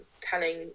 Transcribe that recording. telling